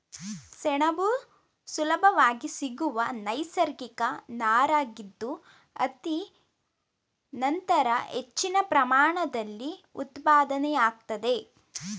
ಸೆಣಬು ಸುಲಭವಾಗಿ ಸಿಗುವ ನೈಸರ್ಗಿಕ ನಾರಾಗಿದ್ದು ಹತ್ತಿ ನಂತರ ಹೆಚ್ಚಿನ ಪ್ರಮಾಣದಲ್ಲಿ ಉತ್ಪಾದನೆಯಾಗ್ತದೆ